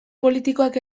politikoak